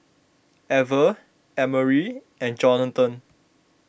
Ever Emery and Johathan